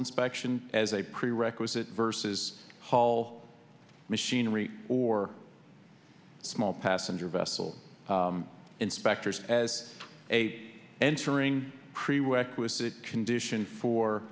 inspection as a prerequisite versus haul machinery or small passenger vessel inspectors as a entering prerequisite condition for